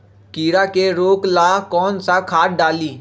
कीड़ा के रोक ला कौन सा खाद्य डाली?